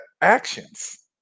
actions